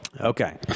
Okay